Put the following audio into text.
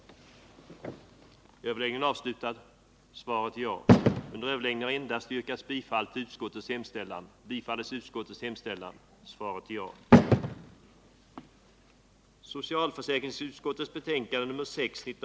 Onsdagen den